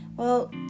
Well